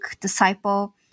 disciple